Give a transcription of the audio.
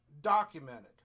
Documented